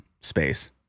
space